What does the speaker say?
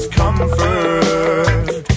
comfort